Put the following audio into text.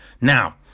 Now